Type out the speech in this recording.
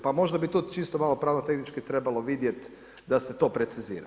Pa možda bi tu čisto malo pravno tehnički trebalo vidjeti da se to precizira.